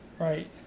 Right